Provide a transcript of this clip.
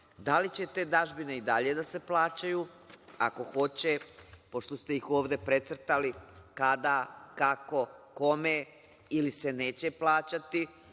da li će te dažbine i dalje da se plaćaju. Ako hoće, pošto ste ih ovde precrtali, kada, kako, kome ili se neće plaćati